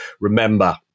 remember